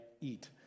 eat